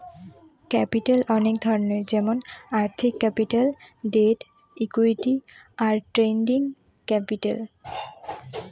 capital অনেক ধরনের যেমন আর্থিক ক্যাপিটাল, ডেট, ইকুইটি, আর ট্রেডিং ক্যাপিটাল